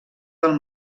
del